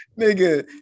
Nigga